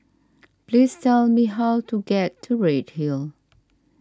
please tell me how to get to Redhill